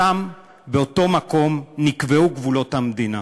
שם, באותו מקום נקבעו גבולות המדינה.